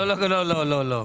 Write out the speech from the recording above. לא, לא, לא.